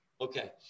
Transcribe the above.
Okay